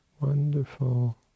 wonderful